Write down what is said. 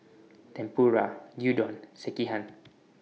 Tempura Gyudon and Sekihan